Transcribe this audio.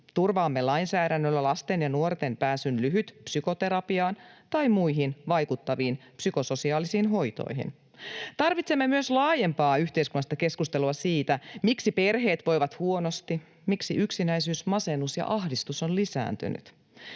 Turvaamme lainsäädännöllä lasten ja nuorten pääsyn lyhytpsykoterapiaan tai muihin vaikuttaviin psykososiaalisiin hoitoihin. Tarvitsemme myös laajempaa yhteiskunnallista keskustelua siitä, miksi perheet voivat huonosti, miksi yksinäisyys, masennus ja ahdistus ovat lisääntyneet.